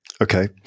Okay